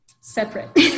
separate